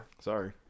Sorry